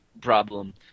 problem